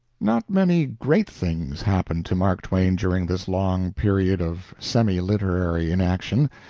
not many great things happened to mark twain during this long period of semi-literary inaction,